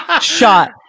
shot